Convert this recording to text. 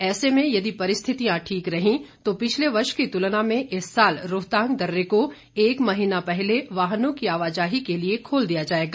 ऐसे में यदि परिस्थितियां ठीक रही तो पिछले वर्ष की तुलना में इस साल रोहतांग दर्रे को एक महीना पहले वाहनों की आवाजाही के लिए खोल दिया जाएगा